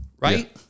Right